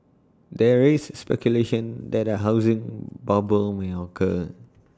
there is speculation that A housing bubble may occur